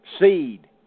seed